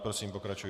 Prosím, pokračujte.